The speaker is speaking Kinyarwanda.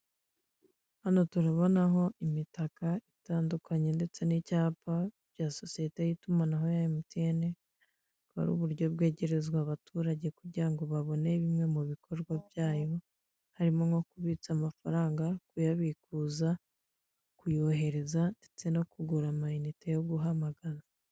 Hano turabonaho imitaka itandukanye ndetse n'icyapa cya sosiyete y'itumanaho ya MTN, bukaba ari uburyo bwegerezwa abaturage kugirango babone bimwe mu bikorwa byayo harimo nko kubitsa amafaranga, kuyabikuza, kuyohereza ndetse no kugura amayinite yo guhamagara.